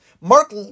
Mark